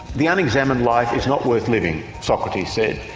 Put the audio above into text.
the unexamined life is not worth living, socrates said,